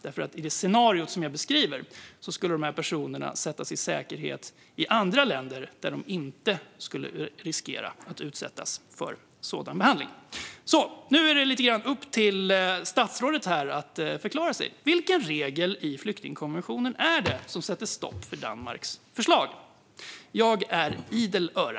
I det scenario som jag här beskriver skulle de personerna sättas i säkerhet i andra länder där de inte skulle riskera att utsättas för en sådan behandling. Nu är det lite grann upp till statsrådet här att förklara sig. Vilken regel i flyktingkonventionen är det som sätter stopp för Danmarks förslag? Jag är idel öra.